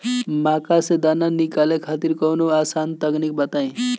मक्का से दाना निकाले खातिर कवनो आसान तकनीक बताईं?